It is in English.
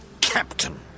captain